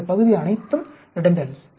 இந்த பகுதி அனைத்தும் ரெடன்டன்ஸ்